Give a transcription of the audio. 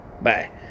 Bye